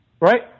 Right